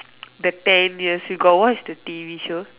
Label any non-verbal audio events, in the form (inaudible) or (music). (noise) the ten years you got watch the T_V show